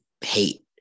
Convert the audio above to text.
hate